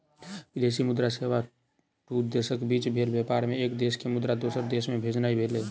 विदेशी मुद्रा सेवा दू देशक बीच भेल व्यापार मे एक देश के मुद्रा दोसर देश मे भेजनाइ भेलै